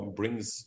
brings